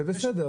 זה בסדר.